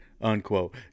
unquote